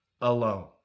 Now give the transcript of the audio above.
alone